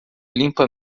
limpa